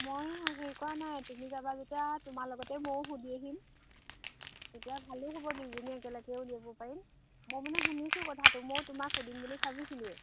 মই হেৰি কৰা নাই তুমি যাবা যেতিয়া তোমাৰ লগতে ময়ো সুধি আহিম তেতিয়া ভালো হ'ব দুয়োজনী একেলগে উলিয়াব পাৰিম মই মানে শুনিছোঁ কথাটো মই তোমাক সুধিম বুলি ভাবিছিলোঁ